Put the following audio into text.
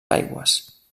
aigües